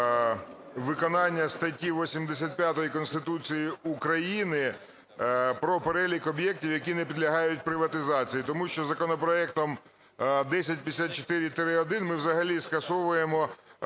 виконання статті 85 Конституції України про перелік об'єктів, які не підлягають приватизації, тому що законопроектом 1054-1 ми взагалі скасовуємо